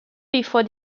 before